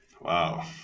wow